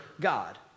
God